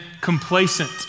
complacent